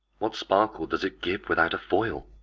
what sparkle does it give without a foil?